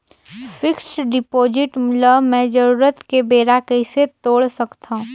Fixed deposit ल मैं जरूरत के बेरा कइसे तोड़ सकथव?